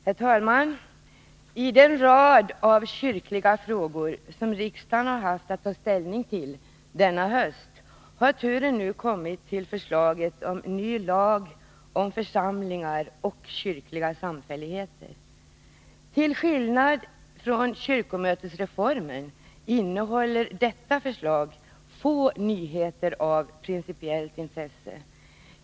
Herr talman! I den rad av kyrkliga frågor som riksdagen haft att ta ställning till denna höst har turen nu kommit till förslaget beträffande en ny lag om församlingar och kyrkliga samfälligheter. Till skillnad från kyrkomötesreformen innehåller detta förslag få nyheter av principiellt intresse.